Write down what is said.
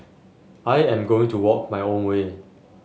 I am going to walk my own way